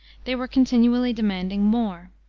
they were continually demanding more.